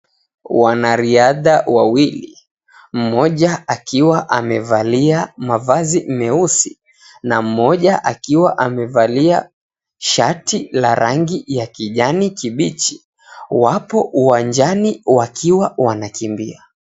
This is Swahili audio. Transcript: Wanariadha wawili, mmoja akiwa amevalia mavazi meusi na mmoja akiwa amevalia shati la rangi ya kijani kibichi, wapo uwanjani wakiwa wanakimbia.